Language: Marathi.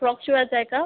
फ्रॉक शिवायचा आहे का